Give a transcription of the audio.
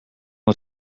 het